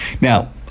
Now